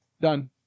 Done